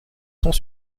sont